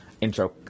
intro